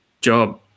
job